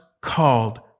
called